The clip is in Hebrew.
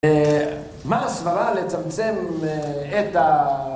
אה... מה הסברה לצמצם, אה... את ה...